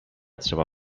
trzeba